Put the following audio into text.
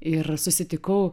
ir susitikau